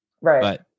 right